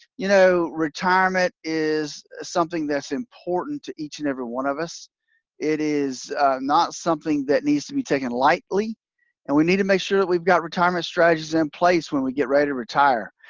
you know, retirement is something that's important to each and every one of us it is not something that needs to be taken lightly and we need to make sure that we've got retirement strategies in place when we get ready to retire.